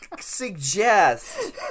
suggest